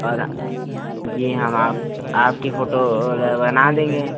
और जी हम आप आपकी फोटो बना देंगे